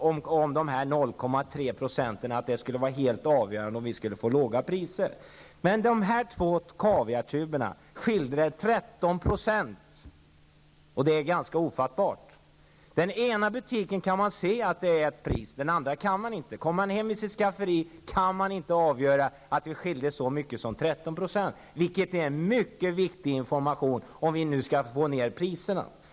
Vi pratar om 0,3 %, att prislapparna skulle vara helt avgörande för att vi skall få låga priser. Mellan de två kaviartuberna skilde det 13 %. Det är ganska ofattbart. På den ena tuben kan man se priset på prislappen. På den andra kan man inte det. Hemma i skafferiet kan man inte avgöra att det skilde så mycket som 13 % i pris, vilket är en mycket viktig information, om vi nu skall få ner priserna.